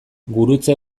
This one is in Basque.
gurutze